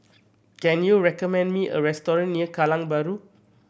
can you recommend me a restaurant near Kallang Bahru